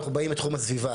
אנחנו באים מתחום הסביבה,